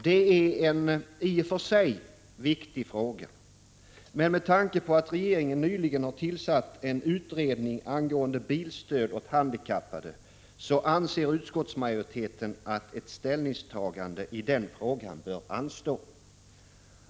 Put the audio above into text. Det är en i och för sig viktig fråga, men med tanke på att regeringen nyligen tillsatt en utredning angående bilstöd åt handikappade anser utskottsmajoriteten att ett ställningstagande i frågan bör anstå.